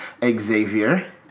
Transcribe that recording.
Xavier